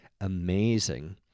amazing